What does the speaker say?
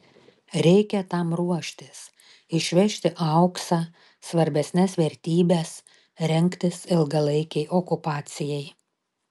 reikia tam ruoštis išvežti auksą svarbesnes vertybes rengtis ilgalaikei okupacijai